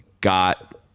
got